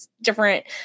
different